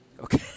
Okay